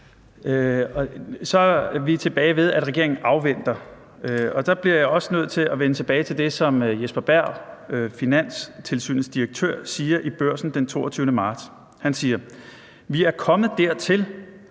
er vi tilbage ved, at regeringen afventer. Og der bliver jeg også nødt til at vende tilbage til det, som Jesper Berg, Finanstilsynets direktør, siger i Børsen den 22. marts. Han siger: Vi er kommet dertil,